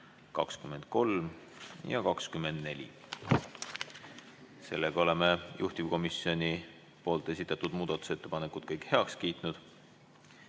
23 ja 24. Oleme juhtivkomisjoni esitatud muudatusettepanekud kõik heaks kiitnud.